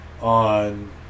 on